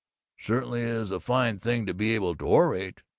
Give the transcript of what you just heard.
certainly is a fine thing to be able to orate.